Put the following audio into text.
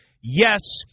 Yes